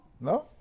No